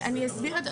אני אסביר את זה.